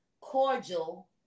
cordial